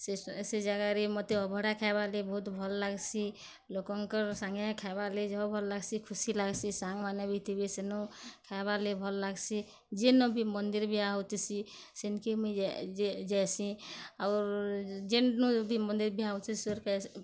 ସେ ଜାଗାରେ ମୋତେ ଅବଢ଼ା ଖାଏବା ଲାଗିର୍ ବହୁତ୍ ଭଲ୍ ଲାଗସି ଲୋକଙ୍କର୍ ସାଙ୍ଗେ ଖାଏବା ଲାଗିର୍ ଜହଁ ଭଲ୍ ଲାଗସି ଖୁସି ଲାଗସି ସାଙ୍ଗ ମାନେ ବି ଥିବେ ସେନୁ ଖାଏବାର୍ ଲାଗିର୍ ଭଲ୍ ଲାଗସି ଯେନ ବି ମନ୍ଦିର ବିହା ହେଉଥିସି ସେନକେ ମୁଇଁ ଯେଏଁସି ଆରୁ ଯେନ ବି ମନ୍ଦିର ବିହା ହେଉଥିସି ସୋର୍ ପାଏଁସି